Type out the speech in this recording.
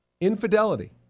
Infidelity